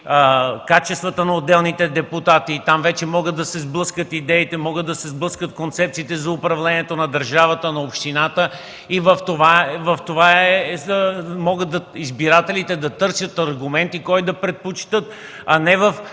качествата на отделните депутати. Там вече могат да се сблъскат идеите, могат да се сблъскат концепциите за управлението на държавата, на общината. В това избирателите могат да търсят аргументи кой да предпочетат, а не в